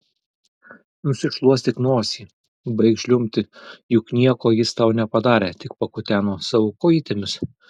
nusišluostyk nosį baik žliumbti juk nieko jis tau nepadarė tik pakuteno savo kojytėmis